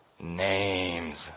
names